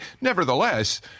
Nevertheless